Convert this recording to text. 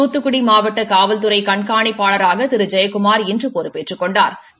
தூத்துக்குடி மாவடட் காவல்துறை கண்காணிப்பாளராக திரு ஜெயக்குமா் இன்று பொறுப்பேற்றுக் கொண்டாா்